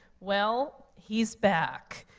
well, he's back.